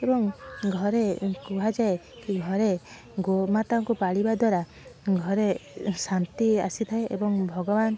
ଏବଂ ଘରେ କୁହାଯାଏ କି ଘରେ ଗୋମାତାଙ୍କୁ ପାଳିବା ଦ୍ୱାରା ଘରେ ଶାନ୍ତି ଆସିଥାଏ ଏବଂ ଭଗବାନ